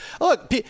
look